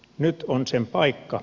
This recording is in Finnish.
nyt on sen paikka